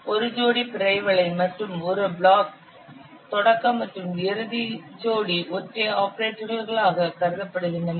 ஒரு ஜோடி பிறை வளை மற்றும் ஒரு பிளாக் தொடக்க மற்றும் இறுதி ஜோடி ஒற்றை ஆபரேட்டர்களாக கருதப்படுகின்றன